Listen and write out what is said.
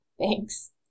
Thanks